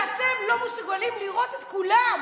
שאתם לא מסוגלים לראות את כולם.